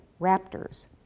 raptors